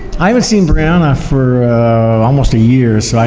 i haven't seen brianna for almost a year, so i